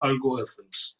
algorithms